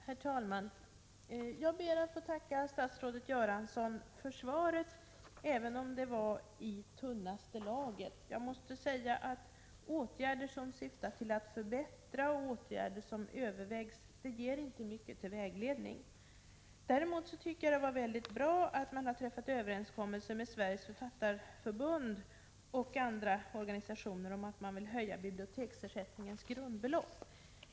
Herr talman! Jag ber att få tacka statsrådet Göransson för svaret, även om det var i tunnaste laget. Jag måste säga att ”åtgärder som syftar till att förbättra” och ”åtgärder som övervägs” inte är mycket till vägledning. Däremot tycker jag att det är mycket bra att man har träffat en överenskom melse med Sveriges författarförbund och andra organisationer om en höjning av biblioteksersättningens grundbelopp.